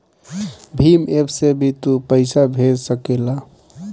Bhim app से भी तू पईसा भेज सकेला